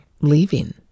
leaving